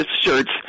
shirts